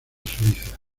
suiza